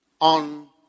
on